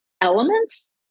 elements